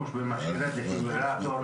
התגובה המסוימת,